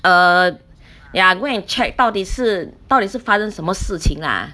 err ya go and check 到底是到底是发生什么事情 lah